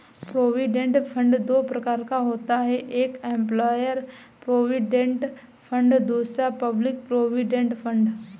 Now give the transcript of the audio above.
provident fund दो प्रकार का होता है एक एंप्लॉय प्रोविडेंट फंड दूसरा पब्लिक प्रोविडेंट फंड